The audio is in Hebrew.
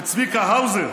את צביקה האוזר.